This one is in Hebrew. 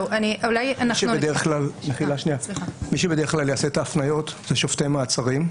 מי שבדרך כלל יעשה את ההפניות, אלה שופטי מעצרים.